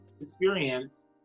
experience